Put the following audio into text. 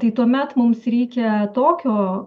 tai tuomet mums reikia tokio